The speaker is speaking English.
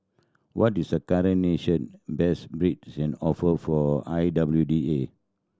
what is the current national best bid and offer for I W D A